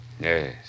Yes